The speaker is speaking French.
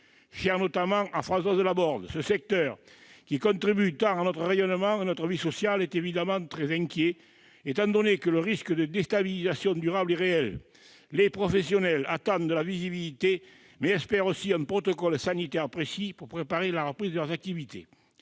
cher notamment à Françoise Laborde. Ce secteur, qui contribue tant à notre rayonnement et à notre vie sociale, est évidemment très inquiet, sachant que le risque de déstabilisation durable est réel. Les professionnels attendent de la visibilité, mais espèrent aussi un protocole sanitaire précis pour préparer la reprise de leurs activités.